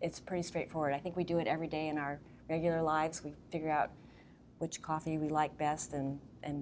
it's pretty straightforward i think we do it every day in our regular lives we figure out which coffee we like best and and